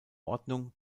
ordnung